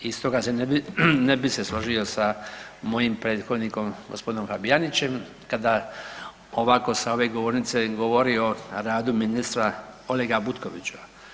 I stoga ne bi se složio sa mojim prethodnikom, gospodinom Fabijanićem kada ovako sa ove govornice govori o radu ministra Olega Butkovića.